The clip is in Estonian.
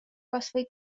kasvõi